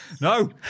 No